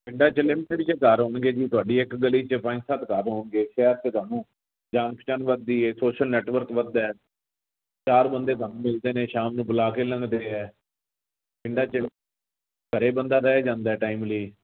ਪਿੰਡਾ 'ਚ ਲਿਮਟਿਡ ਜਿਹੇ ਘਰ ਹੋਣਗੇ ਜੀ ਤੁਹਾਡੀ ਇੱਕ ਗਲੀ 'ਚ ਪੰਜ ਸੱਤ ਘਰ ਹੋਣਗੇ ਸ਼ਹਿਰ ਤਾਂ ਤੁਹਾਨੂੰ ਜਾਣ ਪਛਾਣ ਵੱਧਦੀ ਹੈ ਸੋਸ਼ਲ ਨੈਟਵਰਕ ਵੱਧਦਾ ਚਾਰ ਬੰਦੇ ਮਿਲਦੇ ਨੇ ਸ਼ਾਮ ਨੂੰ ਬੁਲਾ ਕੇ ਲੰਘਦੇ ਹੈ ਪਿੰਡਾਂ 'ਚ ਘਰੇ ਬੰਦਾ ਰਹਿ ਜਾਂਦਾ ਟਾਈਮਲੀ